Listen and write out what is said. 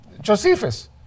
Josephus